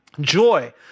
Joy